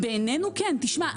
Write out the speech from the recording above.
בעינינו כן, תשמע.